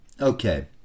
Okay